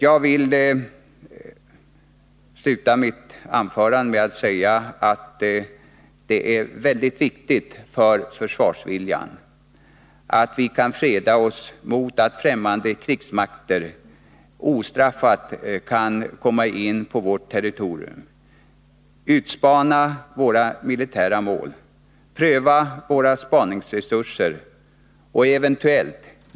Jag vill nu avsluta med att säga att det är av mycket stor betydelse för försvarsviljan att vi kan freda oss mot att ffrämmande krigsmakter ostraffat kan komma in på vårt territorium, utspana våra militära mål, pröva våra spaningsresurser och eventuellt.